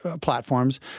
platforms